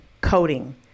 coating